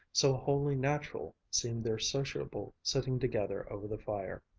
so wholly natural seemed their sociable sitting together over the fire.